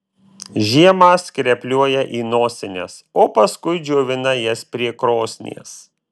žiemą skrepliuoja į nosines o paskui džiovina jas prie krosnies